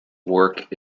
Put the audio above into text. work